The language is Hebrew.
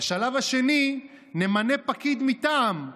בשלב השני נמנה פקיד מטעם,